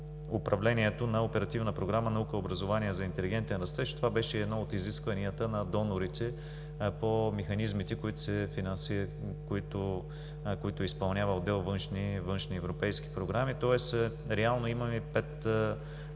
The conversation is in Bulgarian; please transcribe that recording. „Наука и образование за интелигентен растеж“. Това беше едно от изискванията на донорите по механизмите, които изпълнява отдел „Външни европейски програми“. Тоест реално имаме 5